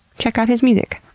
check out his music.